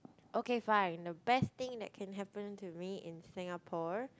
okay fine the best thing that can happen to me in Singapore